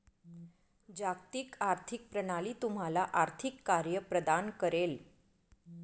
जागतिक आर्थिक प्रणाली तुम्हाला आर्थिक कार्ये प्रदान करेल